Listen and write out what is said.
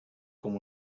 com